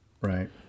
Right